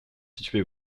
situés